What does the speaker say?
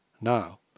Now